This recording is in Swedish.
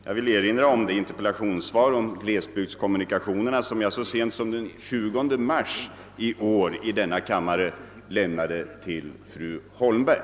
Jag vill i sammanhanget erinra om det interpellationssvar om glesbygdskommunikationerna som jag så sent som den 20 mars i år i denna kammare lämnade till fru Holmberg.